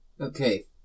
Okay